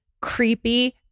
creepy